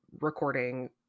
recording